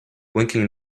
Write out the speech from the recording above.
blinking